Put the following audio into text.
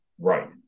Right